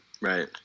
right